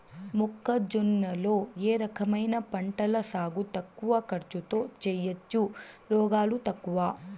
మొక్కజొన్న లో ఏ రకమైన పంటల సాగు తక్కువ ఖర్చుతో చేయచ్చు, రోగాలు తక్కువ?